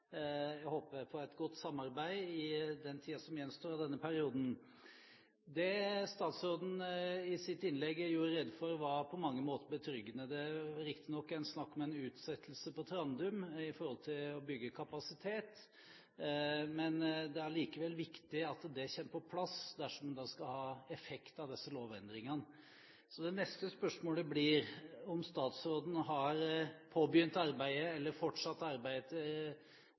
på et godt samarbeid i den tiden som gjenstår av denne perioden. Det statsråden gjorde rede for i sitt innlegg, var på mange måter betryggende. Det er riktignok snakk om en utsettelse på Trandum i forhold til å bygge ut kapasiteten, men det er likevel viktig at det kommer på plass dersom det skal ha effekt av disse lovendringene. Så det neste spørsmålet blir om statsråden har påbegynt arbeidet – eller fortsatt